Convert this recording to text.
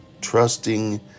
trusting